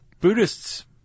Buddhists